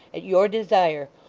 at your desire,